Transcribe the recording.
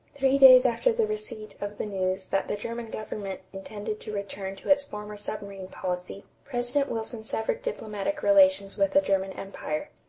three days after the receipt of the news that the german government intended to return to its former submarine policy, president wilson severed diplomatic relations with the german empire.